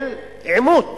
של עימות